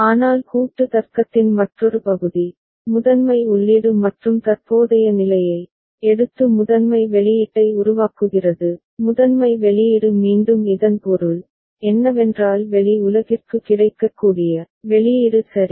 ஆனால் கூட்டு தர்க்கத்தின் மற்றொரு பகுதி முதன்மை உள்ளீடு மற்றும் தற்போதைய நிலையை எடுத்து முதன்மை வெளியீட்டை உருவாக்குகிறது முதன்மை வெளியீடு மீண்டும் இதன் பொருள் என்னவென்றால் வெளி உலகிற்கு கிடைக்கக்கூடிய வெளியீடு சரி